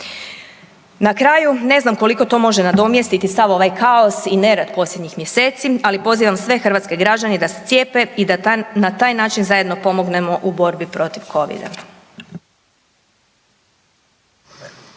Na kraju, ne znam koliko to može nadomjestiti sav ovaj kaos i nered posljednjih mjeseci, ali pozivam sve hrvatske građane da se cijepe i da na taj način zajedno pomognemo u borbi protiv covida.